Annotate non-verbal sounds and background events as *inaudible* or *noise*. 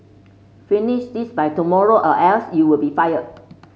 finish this by tomorrow or else you will be fired *noise*